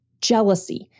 jealousy